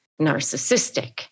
narcissistic